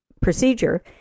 procedure